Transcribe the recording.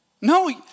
No